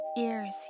ears